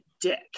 dick